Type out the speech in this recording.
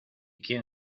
quién